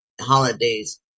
holidays